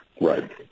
Right